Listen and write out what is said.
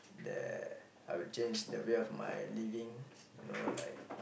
the I would change the will of my living you know like